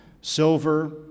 silver